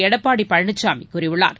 எடப்பாடி பழனிசாமி கூறியுள்ளார்